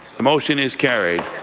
the motion is carried.